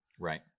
Right